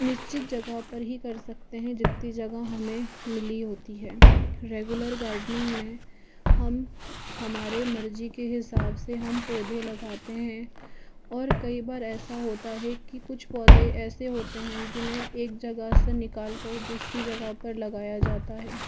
निश्चित जगह पर ही कर सकते हैं जितनी जगह हमें मिली होती है रेगुलर गार्डिंग में हम हमारे मर्जी के हिसाब से हम पौधे लगाते हैं और कई बार ऐसा होता है कि कुछ पौधे ऐसे होते हैं जिन्हें एक जगह से निकाल कर दूसरी जगह पर लगाया जाता है